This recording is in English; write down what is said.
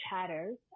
Chatters